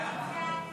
46 בעד, 55 נגד.